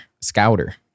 scouter